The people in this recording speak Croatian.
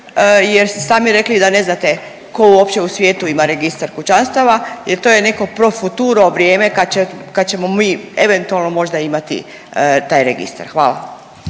ste sami rekli da ne znate ko uopće u svijetu ima registar kućanstava jer to je neko pro futuro vrijeme kad ćemo mi eventualno možda imati taj registar? Hvala.